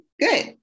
good